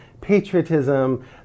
patriotism